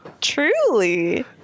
Truly